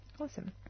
Awesome